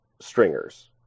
stringers